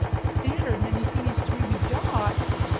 standard, and then you see these three wee dots,